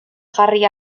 jarri